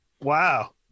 Wow